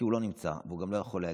כי הוא לא נמצא והוא גם לא יכול להגיב.